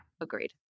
agreed